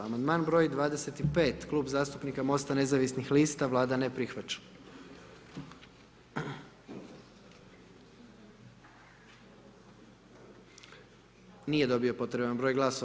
Amandman broj 25., Klub zastupnika Most-a, nezavisnih lista, Vlada ne prihvaća, nije dobio potreban broj glasova.